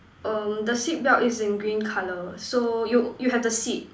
um the seat belt is in green colour so you you have the seat